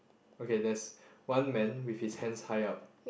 okay there's one man with his hands high up